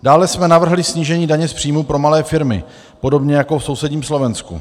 Dále jsme navrhli snížení daně z příjmů pro malé firmy, podobně jako v sousedním Slovensku.